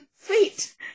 Sweet